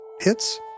hits